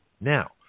Now